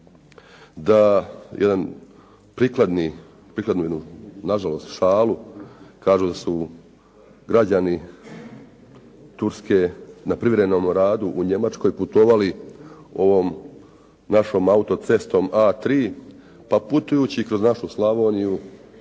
reći da prikladnu jednu na žalost šalu, kažu su građani turske na privremenom radu u Njemačkoj su putovali našom autocestom A3 pa putujući kroz našu Slavoniju